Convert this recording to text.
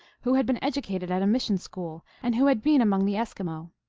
who had been educated at a mission school, and who had been among the eskimo.